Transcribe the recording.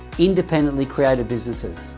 independently created businesses.